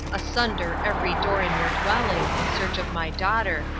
asunder every door in your dwelling, in search of my daughter,